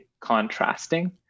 contrasting